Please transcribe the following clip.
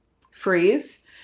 freeze